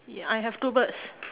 ya I have two birds